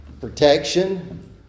protection